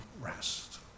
rest